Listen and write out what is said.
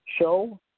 show